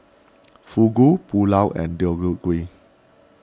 Fugu Pulao and Deodeok Gui